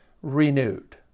renewed